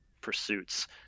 pursuits